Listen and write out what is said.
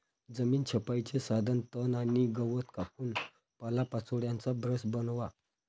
जमीन छपाईचे साधन तण आणि गवत कापून पालापाचोळ्याचा ब्रश बनवा